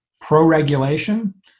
pro-regulation